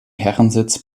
herrensitz